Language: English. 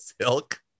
silk